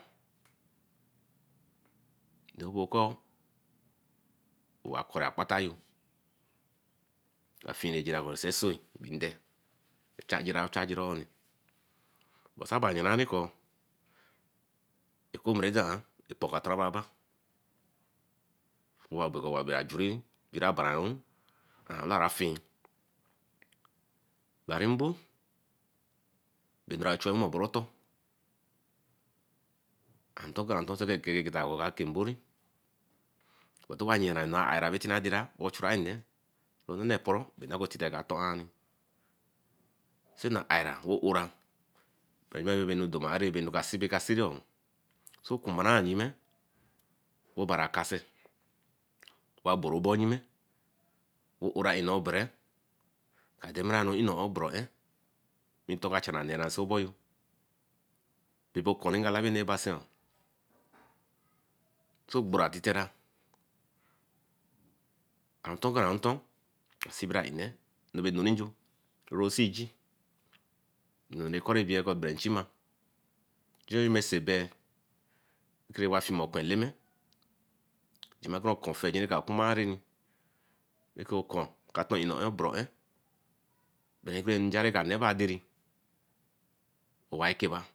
Ebeke owakeruokpatayo afien rejerekesee nde, chagiren chagirin oni osabin larinko ekadean dor on epor ban juriba bonñ. Abeke ajuri erabaranwo elara afin larin mbo bay larin chuwen boro otor atonrin geta oka ke mborē bo ti nie yiyen darine Karabene boy dey rah or ehurah nne nne eporoh anu rakatiteh ka toh rah eh. See nna ah airah weh owrah, bay nnu deray erereē ca sibi ca sibii oo se cuma yime weh obari akase weh a burrow oboyo yime owora obere ade nne berennē ntor con channer nle ko soboyo bike anukalabi nimasiam, seh burrow titerah atakinanton sibira nne no be noniyo rosiji none coribiabe benjima kor wa bere fio okun eleme jima kor okun okumarin ku okun ka ton eh burrow eh, bere kor nja kara nneba adery wa berre ke ba.